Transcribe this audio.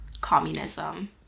communism